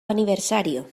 aniversario